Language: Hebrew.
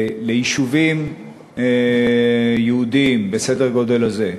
למענקים ליישובים יהודיים בסדר הגודל הזה,